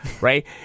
right